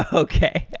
ah okay.